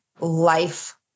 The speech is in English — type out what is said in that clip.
life